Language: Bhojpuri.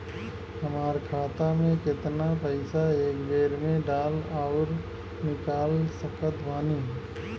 हमार खाता मे केतना पईसा एक बेर मे डाल आऊर निकाल सकत बानी?